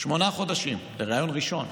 שמונה חודשים, לריאיון ראשון.